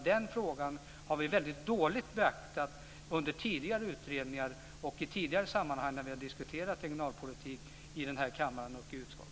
Den frågan har vi beaktat väldigt dåligt under tidigare utredningar och i tidigare sammanhang när vi har diskuterat regionalpolitik i den här kammaren och i utskott.